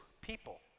people